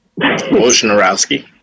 Wojnarowski